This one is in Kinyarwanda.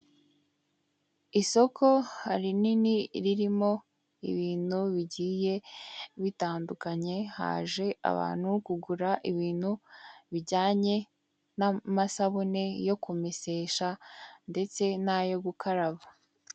Isoko rinini ririmo ibintu bigiye bitandukanye haje abantu kugura ibintu bijyanye n'amasabune yo kumesesha ndetse n'ayo gukaraba.